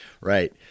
right